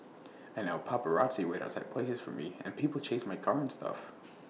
and now paparazzi wait outside places for me and people chase my car and stuff